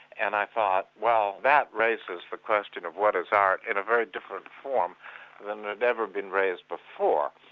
and i thought, well that raises the question of what is art in a very different form that had ever been raised before.